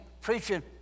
preaching